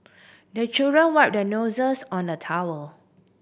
the children wipe their noses on the towel